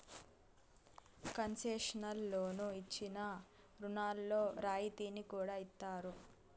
concessional లోన్లు ఇచ్చిన రుణాల్లో రాయితీని కూడా ఇత్తారు